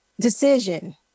Decision